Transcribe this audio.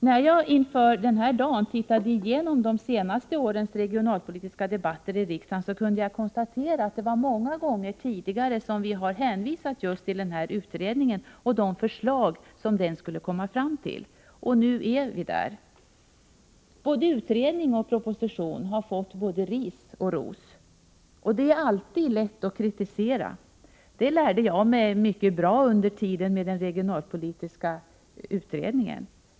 När jag inför den här dagen tittade igenom de senaste årens regionalpolitiska debatter i riksdagen, kunde jag konstatera att vi många gånger tidigare hänvisat till de förslag som den regionalpolitiska utredningen skulle komma fram till. Nu är vi där. Utredning och proposition har fått både ris och ros. Det är alltid lätt att kritisera — det lärde jag mig mycket bra under den tid som den regionalpolitiska utredningen pågick.